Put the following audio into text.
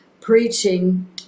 preaching